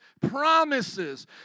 promises